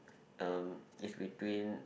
um is between